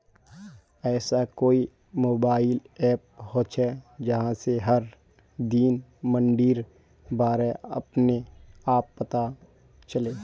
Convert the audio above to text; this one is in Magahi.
ऐसा कोई मोबाईल ऐप होचे जहा से हर दिन मंडीर बारे अपने आप पता चले?